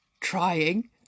trying